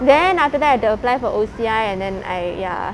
then after that I had to apply for O_C_I and then I ya